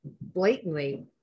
blatantly